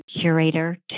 curator